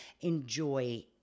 enjoy